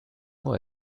mots